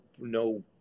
no